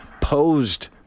posed